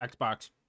Xbox